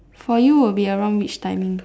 for you would be around which timing